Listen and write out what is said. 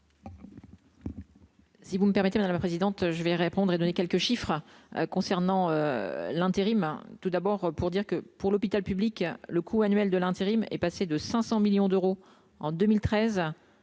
Si vous me permettez, la présidente, je vais répondre et donner quelques chiffres concernant l'intérim tout d'abord pour dire que. Pour l'hôpital public, le coût annuel de l'intérim est passé de 500 millions d'euros en 2013